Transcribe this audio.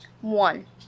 One